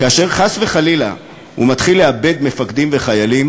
וכאשר חס וחלילה הוא מתחיל לאבד מפקדים וחיילים,